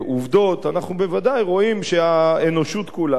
אנחנו בוודאי רואים שהאנושות כולה לא למדה